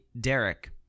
Derek